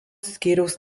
skyriaus